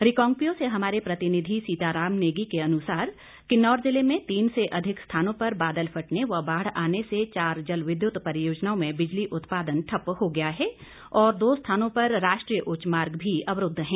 रिकांगपिओ से हमारे प्रतिनिधि सीताराम नेगी के अनुसार किन्नौर जिले में तीन से अधिक स्थानों पर बादल फटने व बाढ़ आने से चार जल विद्युत परियोजनाओं में बिजली उत्पादन ठप्प हो गया है और दो स्थानों पर राष्ट्रीय उच्च मार्ग भी अवरूद्व है